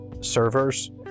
servers